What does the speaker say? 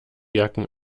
jacken